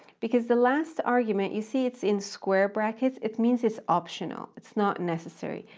because the last argument, you see it's in square brackets, it means it's optional it's not necessary.